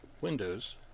Windows